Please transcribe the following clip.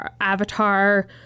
avatar